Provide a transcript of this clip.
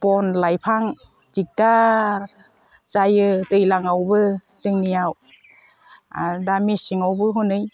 बन लायफां दिग्दार जायो दैज्लांआवबो जोंनियाव आरो दा मेसेंआवबो हनै